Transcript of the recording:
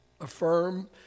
affirm